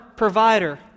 provider